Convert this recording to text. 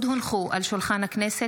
הצעת חוק הרבנות הראשית לישראל (תיקון מס' 8) (הרכב האסיפה הבוחרת),